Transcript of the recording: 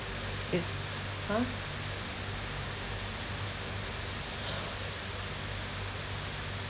is !huh!